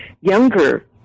younger